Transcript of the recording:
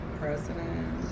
president